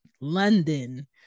London